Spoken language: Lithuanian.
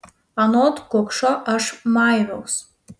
anot kukšo aš maiviaus